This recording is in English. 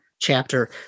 chapter